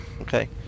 Okay